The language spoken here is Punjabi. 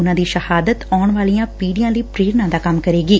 ਉਨੁਾਂ ਦੀ ਸ਼ਹਾਦਤ ਆਉਣ ਵਾਲੀਆਂ ਪੀੜੀਆਂ ਲਈ ਪੇਰਨਾ ਦਾ ਕੰਮ ਕਰੇਗੀ